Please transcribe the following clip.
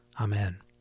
Amen